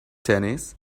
tennis